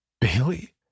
Bailey